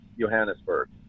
Johannesburg